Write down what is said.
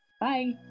Bye